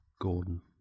Gordon